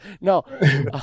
No